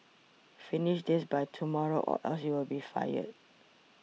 finish this by tomorrow or else you'll be fired